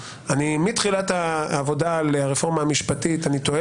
מתחילת העבודה על הרפורמה המשפטית אני שואל